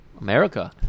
America